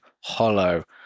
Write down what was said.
hollow